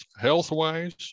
health-wise